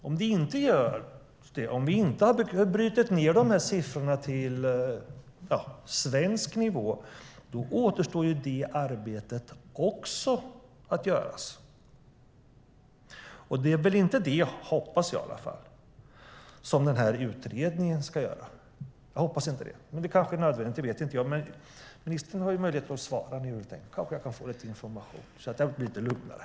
Om det inte finns - om vi inte har brutit ned siffrorna till svensk nivå - återstår ju också detta arbete. Det är väl inte det, hoppas jag, som utredningen ska göra. Men det kanske är nödvändigt; det vet inte jag. Ministern har möjlighet att svara nu. Jag kanske kan få lite information så att jag kan bli lite lugnare.